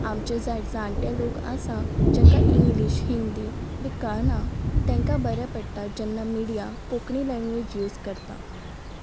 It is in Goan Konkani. आमचे जार जाण्टे लोक आसा जेंकां इंग्लीश हिंदी बी कळना तेंकां बरें पडटा जेन्ना मिडीया कोंकणी लँग्वेज यूज करता